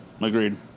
Agreed